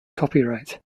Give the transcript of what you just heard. copyright